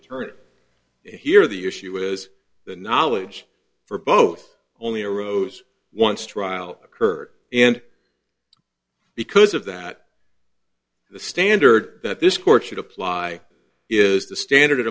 target here the issue is the knowledge for both only arose once trial occurred and because of that the standard that this court should apply is the standard it